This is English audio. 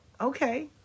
okay